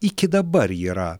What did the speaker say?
iki dabar yra